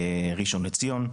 ראשון לציון.